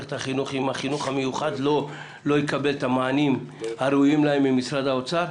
מערכת החינוך אם החינוך המיוחד לא יקבל את המענה הראוי להם ממשרד האוצר?